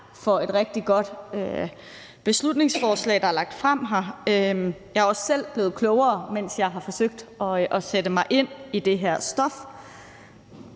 for et rigtig godt beslutningsforslag, der er lagt frem her. Jeg er også selv blevet klogere, mens jeg har forsøgt at sætte mig ind i det her stof.